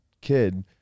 kid